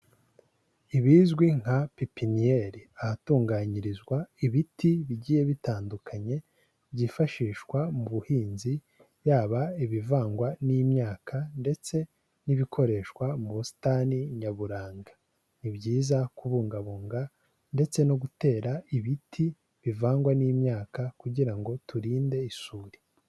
Ibizwi nka pipiniyeri, ahatunganyirizwa ibiti bigiye bitandukanye byifashishwa mu buhinzi, yaba ibivangwa n'imyaka ndetse n'ibikoreshwa mu busitani nyaburanga. Ni byiza kubungabunga ndetse no gutera ibiti bivangwa n'imyaka kugira ngo turinde isuri.